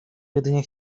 jedynie